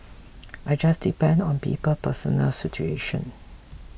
it just depends on people's personal situation